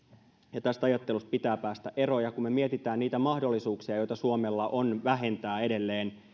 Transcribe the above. ja tästä ajattelusta pitää päästä eroon kun mietimme niitä mahdollisuuksia joita suomella on vähentää edelleen